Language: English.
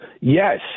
Yes